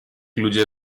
ludzie